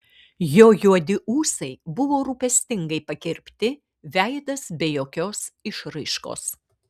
jo juodi ūsai buvo rūpestingai pakirpti veidas be jokios išraiškos